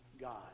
God